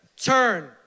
Turn